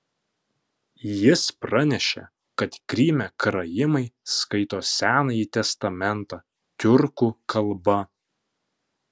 jis pranešė kad kryme karaimai skaito senąjį testamentą tiurkų kalba